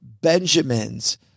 benjamins